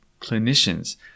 clinicians